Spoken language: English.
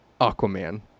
aquaman